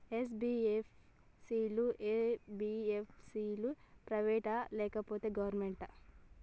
NBFC లు, MBFC లు private ఆ లేకపోతే గవర్నమెంటా?